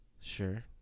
Sure